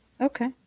Okay